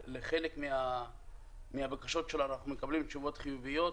לחלק מהבקשות שלנו אנחנו מקבלים תשובות חיוביות.